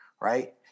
right